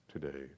today